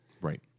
Right